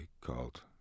called